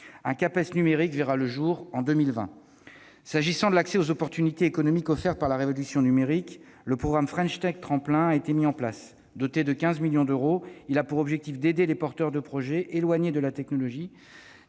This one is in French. Un Capes « numérique » verra le jour en 2020. S'agissant de l'accès aux opportunités économiques offertes par la révolution numérique, le programme French Tech Tremplin a été mis en place. Doté de 15 millions d'euros, il a pour objectif d'aider les porteurs de projet éloignés de la technologie-